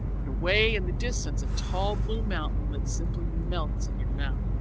and way in the distance a tall blue mountain that simply melts in your mouth.